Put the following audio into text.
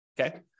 okay